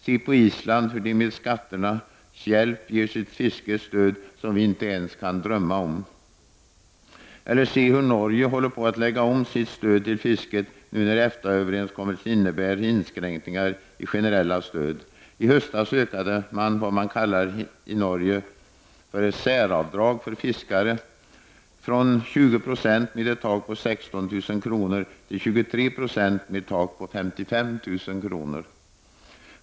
Se hur Island med skatternas hjälp ger sitt fiske ett stöd som vi inte ens kan drömma om! Eller se hur Norge håller på att lägga om sitt stöd till fisket, nu när EFTA-överenskommelsen innebär inskränkningar i generella stöd! I höstas ökade man i Norge det s.k. säravdraget för fiskare från 20 96 med ett tak på 16 000 kr. till 23 Jo med ett tak på 55 000 kr.